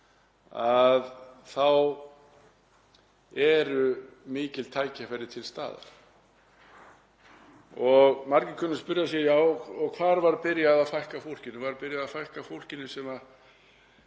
þessu eru mikil tækifæri til staðar. Margir kunna að spyrja sig: Hvar var byrjað að fækka fólkinu? Var byrjað að fækka fólkinu sem er